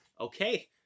Okay